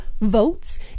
votes